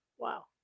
Wow